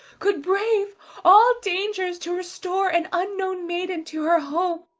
could brave all dangers to restore an unknown maiden to her home.